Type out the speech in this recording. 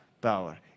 power